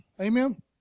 Amen